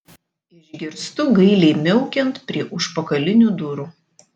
išgirstu gailiai miaukiant prie užpakalinių durų